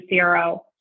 CRO